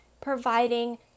providing